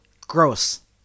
Gross